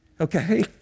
okay